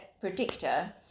predictor